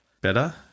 better